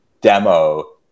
demo